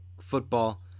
football